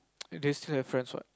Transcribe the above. they still have friends what